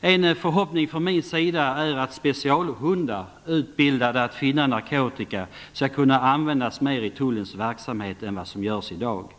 En förhoppning från min sida är att specialhundar utbildade till att finna narkotika skall kunna användas mer i tullens verksamhet än vad som görs i dag.